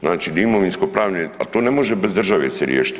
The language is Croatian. Znači imovinsko-pravne, ali to ne može bez države se riješiti.